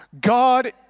God